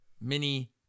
mini